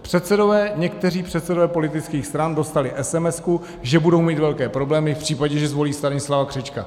Předsedové, někteří předsedové politických stran dostali SMS, že budou mít velké problémy v případě, že zvolí Stanislava Křečka.